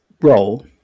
role